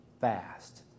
fast